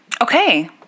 okay